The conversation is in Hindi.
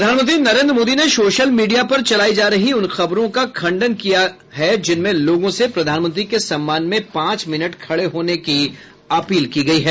प्रधानमंत्री नरेन्द्र मोदी ने सोशल मीडिया पर चलायी जा रही उन खबरों का खंडन किया है जिनमें लोगों से प्रधानमंत्री के सम्मान में पांच मिनट खड़े होने की अपील की गयी है